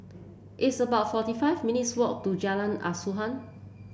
it's about forty five minutes walk to Jalan Asuhan